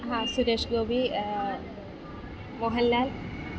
ആ സുരേഷ് ഗോപി മോഹൻലാൽ